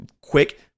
quick